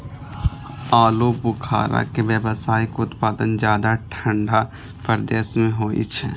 आलू बुखारा के व्यावसायिक उत्पादन ज्यादा ठंढा प्रदेश मे होइ छै